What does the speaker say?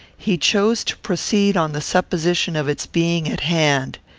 he chose to proceed on the supposition of its being at hand.